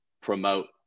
promote